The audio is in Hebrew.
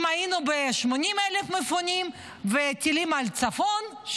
אם היינו ב-80,000 מפונים וטילים על הצפון,